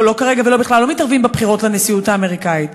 לא כרגע ולא בכלל, בבחירות לנשיאות האמריקאית,